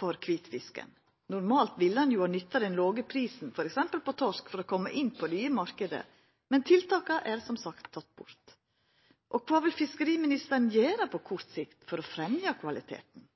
for kvitfisken? Normalt ville ein jo ha nytta den låge prisen, f.eks. på torsk, for å koma inn på nye marknader, men tiltaka er som sagt tekne bort. Kva vil fiskeriministeren gjera på kort sikt for å fremja kvaliteten?